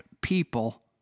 people